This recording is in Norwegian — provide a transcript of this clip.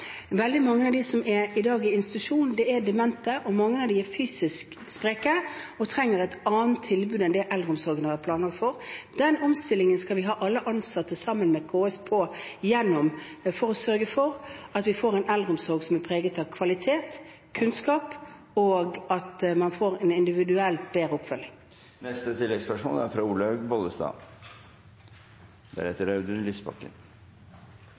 veldig mange av dem som i dag er i institusjon, er demente, og mange av dem er fysisk spreke og trenger et annet tilbud enn det eldreomsorgen har hatt planer for. Den omstillingen skal vi ha alle ansatte, sammen med KS, med på for å sørge for at vi får en eldreomsorg som er preget av kvalitet og kunnskap, og at man får en individuelt bedre